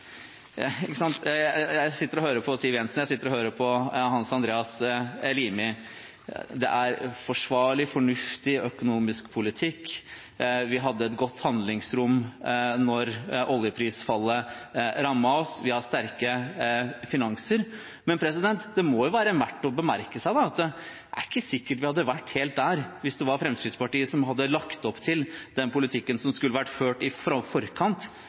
på Hans Andreas Limi; det er forsvarlig, fornuftig økonomisk politikk, vi hadde et godt handlingsrom da oljeprisfallet rammet oss, vi har sterke finanser – men det må jo være verdt å bemerke at det ikke er sikkert vi hadde vært helt der hvis det var Fremskrittspartiet som hadde lagt opp til den politikken som skulle vært ført i forkant